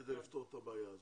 כדי לפתור את הבעיה הזאת.